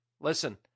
listen